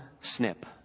snip